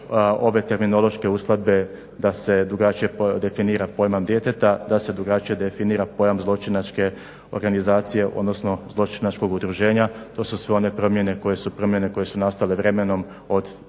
Ove terminološke uskladbe da se drugačije definira pojam djeteta, da se drugačije definira pojam zločinačke organizacije odnosno zločinačkog udruženja. Do sada su one promjene koje su nastale vremenom od